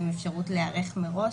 עם אפשרות להיערך מראש,